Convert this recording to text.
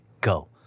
go